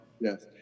Yes